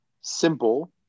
simple